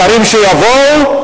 השרים שיבואו.